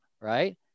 Right